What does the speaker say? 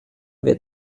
wir